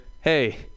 Hey